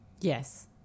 Yes